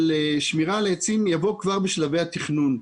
שמירה על העצים יבוא כבר בשלבי התכנון.